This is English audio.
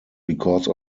because